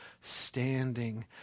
standing